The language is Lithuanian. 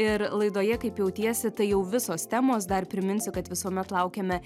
ir laidoje kaip jautiesi tai jau visos temos dar priminsiu kad visuomet laukiame